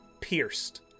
pierced